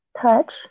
touch